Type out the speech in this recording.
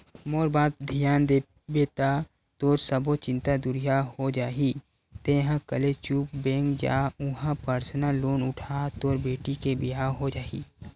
मोर बात धियान देबे ता तोर सब्बो चिंता दुरिहा हो जाही तेंहा कले चुप बेंक जा उहां परसनल लोन उठा तोर बेटी के बिहाव हो जाही